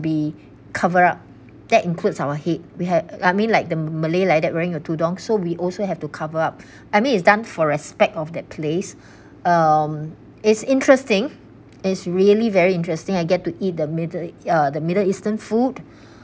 be covered up that includes our head we have I mean like the ma~ ma~ malay like that wearing a tudung so we also have to cover up I mean it's done for respect of that place um it's interesting it's really very interesting I get to eat the middle uh the middle eastern food